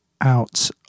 out